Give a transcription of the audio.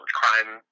crime